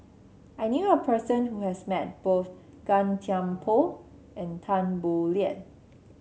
I knew a person who has met both Gan Thiam Poh and Tan Boo Liat